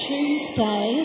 Tuesday